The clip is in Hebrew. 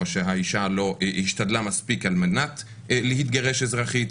או שהאישה לא השתדלה מספיק על מנת להתגרש אזרחית,